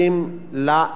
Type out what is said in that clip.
בתוך בתי-סוהר.